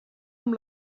amb